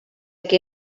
que